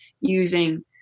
using